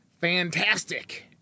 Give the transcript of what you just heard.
fantastic